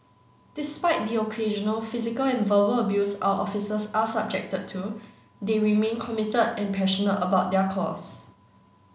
despite the occasional physical and verbal abuse our officers are subjected to they remain committed and passionate about their cause